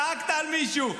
צעקת על מישהו.